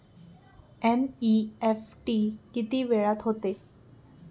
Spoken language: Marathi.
एन.इ.एफ.टी किती वेळात होते?